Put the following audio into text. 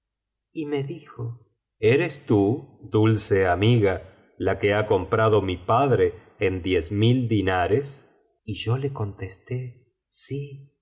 y me elijo eres tú dulceamiga la que ha comprado mi padre en diez mil dinares y yo le contesté sí soy